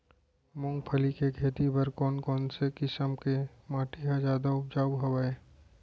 मूंगफली के खेती बर कोन कोन किसम के माटी ह जादा उपजाऊ हवये?